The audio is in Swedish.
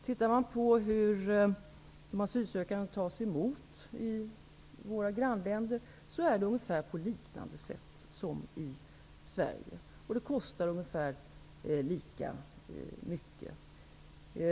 Om man ser på det sätt som de asylsökande tas emot i våra grannländer, är det på ungefär liknande sätt som i Sverige. Det kostar ungefär lika mycket.